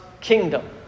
kingdom